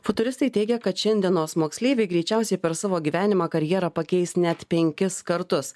futuristai teigia kad šiandienos moksleiviai greičiausiai per savo gyvenimą karjerą pakeis net penkis kartus